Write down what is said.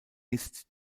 ist